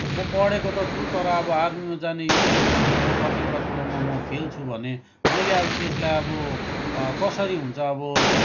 म पढेको त छु तर अब आर्मीमा जाने योग्यको छुइनँ म कतिवटा कुरोमा म फेल छु भने मैले अब त्यसलाई अब कसरी हुन्छ अब